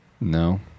No